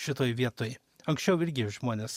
šitoj vietoj anksčiau irgi žmonės